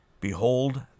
Behold